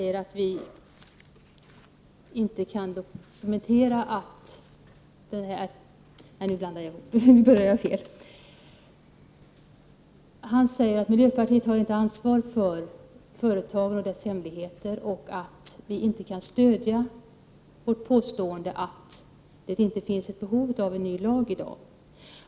Fru talman! Lennart Andersson sade att miljöpartiet inte känner ansvar för företagen och deras hemligheter och att vi inte kan motivera vårt påstående att det i dag inte finns behov av en ny lag.